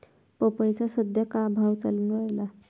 पपईचा सद्या का भाव चालून रायला?